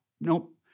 nope